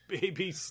Baby